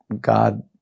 God